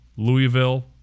louisville